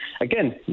again